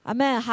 Amen